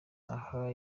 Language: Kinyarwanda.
aha